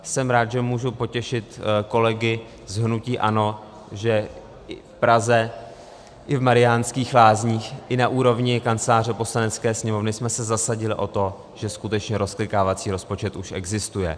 Jsem rád, že můžu potěšit kolegy z hnutí ANO, že v Praze i v Mariánských Lázních i na úrovni Kanceláře Poslanecké sněmovny jsme se zasadili o to, že skutečně rozklikávací rozpočet už existuje.